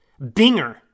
Binger